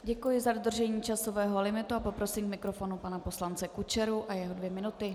Děkuji za dodržení časového limitu a poprosím k mikrofonu pana poslance Kučeru a jeho dvě minuty.